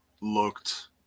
looked